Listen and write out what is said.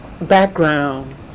background